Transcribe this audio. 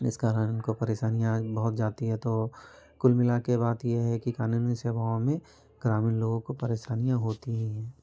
इस कारण उनको परेशानियाँ बहुत जाती हैं तो कुल मिला के बात ये है कि क़ानूनी सेवाओं में ग्रामीण लोगों को परेशानियाँ होती ही हैं